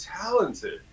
talented